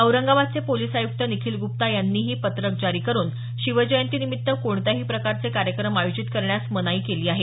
औरंगाबादचे पोलिस आयुक्त निखिल गुप्ता यांनी पत्रक जारी करुन शिवजयंतीनिमित्त कोणत्याही प्रकारचे कार्यक्रम आयोजित करण्यास मनाई केली आहे